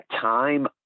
time